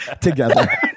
together